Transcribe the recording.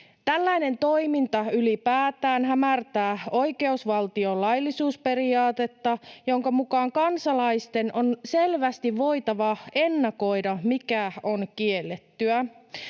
Tällainen toiminta ylipäätään hämärtää oikeusvaltion laillisuusperiaatetta, jonka mukaan kansalaisten on selvästi voitava ennakoida, mikä on kiellettyä.